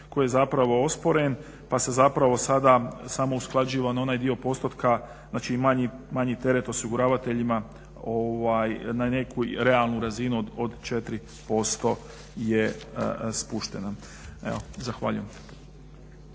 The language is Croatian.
koji je zapravo osporen. Pa se zapravo sada samo usklađuje na onaj dio postotka, znači manji teret osiguravateljima na neku realnu razinu od 4% je spuštena. Evo, zahvaljujem.